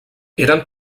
eren